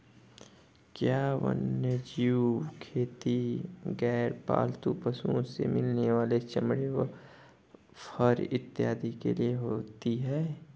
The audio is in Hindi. क्या वन्यजीव खेती गैर पालतू पशुओं से मिलने वाले चमड़े व फर इत्यादि के लिए होती हैं?